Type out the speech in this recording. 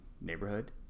neighborhood